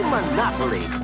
Monopoly